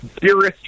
Dearest